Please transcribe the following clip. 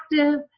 active